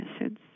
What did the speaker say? acids